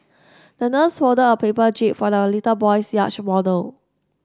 the nurse folded a paper jib for the little boy's yacht model